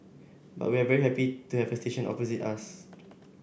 but we are very happy to have a station opposite us